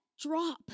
drop